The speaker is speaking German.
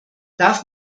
darf